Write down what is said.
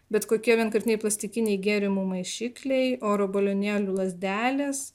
bet kokie vienkartiniai plastikiniai gėrimų maišikliai oro balionėlių lazdelės